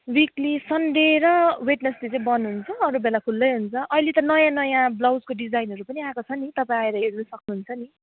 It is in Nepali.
विकली सन्डे र वेडनस्डे चाहिँ बन्द हुन्छ अरू बेला खुल्लै हुन्छ अहिले त नयाँ नयाँ ब्वाउजको डिजाइनहरू पनि आएको छ नि तपाईँ आएर हेर्न सक्नुहुन्छ नि